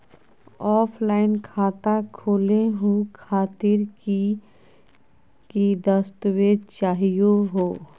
Offline खाता खोलहु खातिर की की दस्तावेज चाहीयो हो?